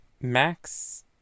max